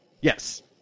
Yes